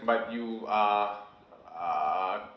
but you are err